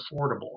affordable